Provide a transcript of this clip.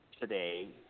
today